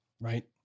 Right